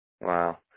Wow